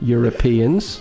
Europeans